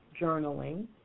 Journaling